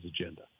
agenda